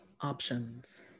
options